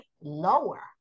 lower